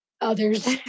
others